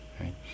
right